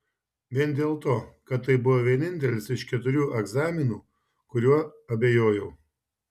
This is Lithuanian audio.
vien dėl to kad tai buvo vienintelis iš keturių egzaminų kuriuo abejojau